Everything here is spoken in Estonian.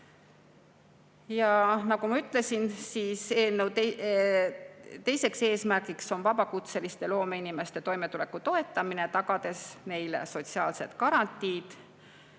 Nagu ma ütlesin, eelnõu teine eesmärk on vabakutseliste loomeinimeste toimetuleku toetamine, tagades neile sotsiaalsed garantiid.